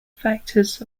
factors